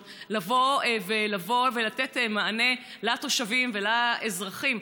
לבוא ולתת מענה לתושבים ולאזרחים.